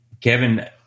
Kevin